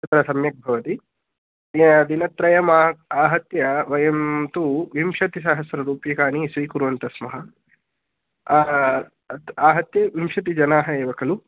तत्र सम्यक् भवति दिनत्रयम् आ आहत्य वयं तु विंशतिसहस्ररूप्यकाणि स्वीकुर्वन्तस्स्मः आहत्य विंशतिजनाः एव खलु